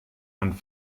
man